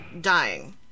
dying